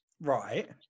Right